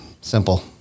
simple